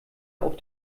auf